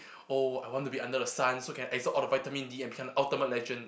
oh I want to be under the sun so can absorb all the vitamin D and become the ultimate legend